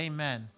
Amen